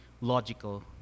logical